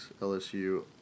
LSU